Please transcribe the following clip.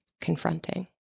confronting